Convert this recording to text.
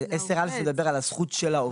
10(א) מדבר על הזכות של העובד.